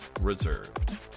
reserved